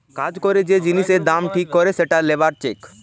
কাজ করে যে জিনিসের দাম ঠিক করে সেটা লেবার চেক